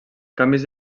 canvis